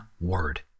word